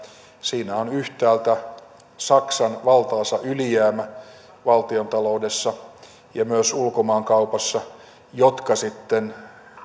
siinä on yhtäältä saksan valtaisa ylijäämä valtiontaloudessa ja myös ulkomaankaupassa joka sitten